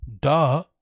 duh